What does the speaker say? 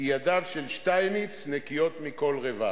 כי ידיו של שטייניץ נקיות מכל רבב,